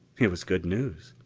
it was good news.